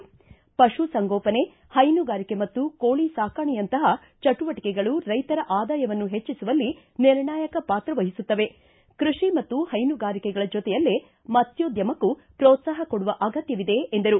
ಪಶುಸಂಗೋಪನೆ ಹೈನುಗಾರಿಕೆ ಮತ್ತು ಕೋಳಿ ಸಾಕಣೆಯಂತಪ ಚಟುವಟಿಕೆಗಳು ರೈತರ ಆದಾಯವನ್ನು ಹೆಚ್ಚಿಸುವಲ್ಲಿ ನಿರ್ಣಾಯಕ ಪಾತ್ರ ವಹಿಸುತ್ತಿವೆ ಕೃಷಿ ಮತ್ತು ಪೈನುಗಾರಿಕೆಗಳ ಜೊತೆಯಲ್ಲೇ ಮತ್ಸೊ ್ಯೋದ್ಯಮಕ್ಕೂ ಪೋತ್ಸಾಹ ಕೊಡುವ ಅಗತ್ತವಿದೆ ಎಂದರು